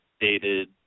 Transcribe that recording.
dated